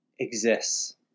exists